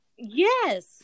Yes